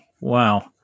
Wow